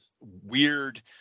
weird